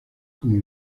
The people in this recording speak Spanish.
como